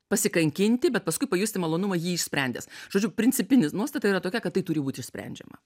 pasikankinti bet paskui pajusti malonumą jį išsprendęs žodžiu principinis nuostata yra tokia kad tai turi būt išsprendžiama